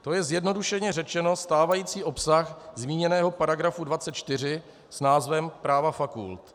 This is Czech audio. To je zjednodušeně řečeno stávající obsah zmíněného § 24 s názvem Práva fakult.